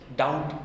doubt